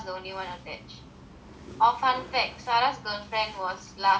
oh fun fact sara girlfriend was last year's V_P also